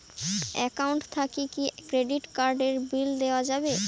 Account থাকি কি credit card এর বিল দেওয়া যাবে?